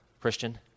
Christian